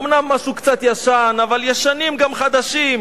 אומנם משהו קצת ישן, אבל ישנים גם חדשים.